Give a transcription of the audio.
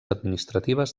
administratives